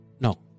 No